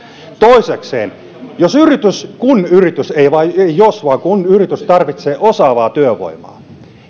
toisekseen jos yritys tai kun yritys ei jos vaan kun tarvitsee osaavaa työvoimaa ja